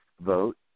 vote